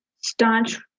staunch